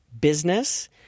business